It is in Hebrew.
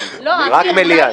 רק מליאה.